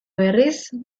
berriz